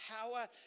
power